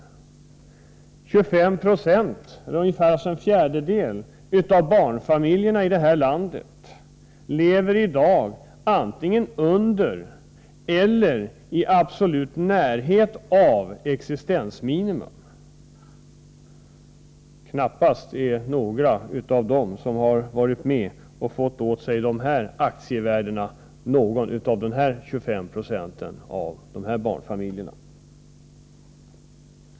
2596, dvs. en fjärdedel, av barnfamiljerna i detta land lever i dag antingen under eller i absolut närhet av existensminimum. Knappast tillhör några av dem som varit med och fått del av ökningen av aktievärdena dessa 25 20 av barnfamiljerna.